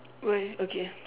why okay